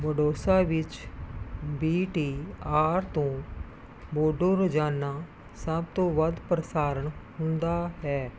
ਬੋਡੋਸਾ ਵਿੱਚ B T R ਤੋਂ ਬੋਡੋ ਰੋਜ਼ਾਨਾ ਸਭ ਤੋਂ ਵੱਧ ਪ੍ਰਸਾਰਣ ਹੁੰਦਾ ਹੈ